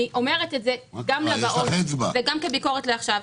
אני אומרת את זה גם לבאות וגם כביקורת לעכשיו,